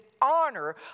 honor